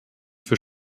für